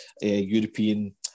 European